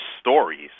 stories